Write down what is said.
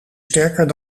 sterker